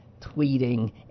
tweeting